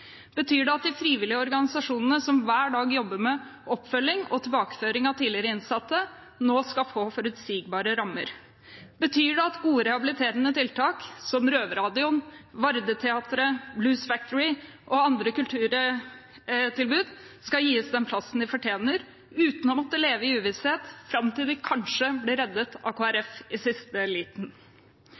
Betyr det at de frivillige organisasjonene som hver dag jobber med oppfølging og tilbakeføring av tidligere innsatte, nå skal få forutsigbare rammer? Betyr det at gode rehabiliterende tiltak som RøverRadion, Vardeteateret, Blues Factory og andre kulturtilbud skal gis den plassen de fortjener, uten at man må leve i uvisshet fram til de kanskje blir reddet av Kristelig Folkeparti i siste liten?